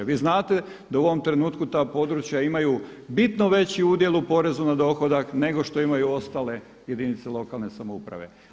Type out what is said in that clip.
Vi znate da u ovom trenutku ta područja imaju bitno veći udjel u porezu na dohodak nego što imaju ostale jedinice lokalne samouprave.